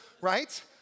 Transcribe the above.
right